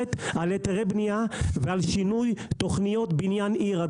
מדברת על היתרי בנייה ועל שינוי תכניות בניין עיר.